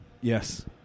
Yes